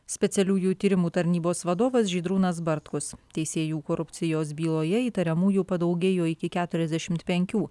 specialiųjų tyrimų tarnybos vadovas žydrūnas bartkus teisėjų korupcijos byloje įtariamųjų padaugėjo iki keturiasdešimt penkių